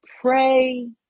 pray